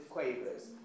Quavers